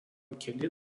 keli